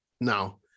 now